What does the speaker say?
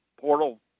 portal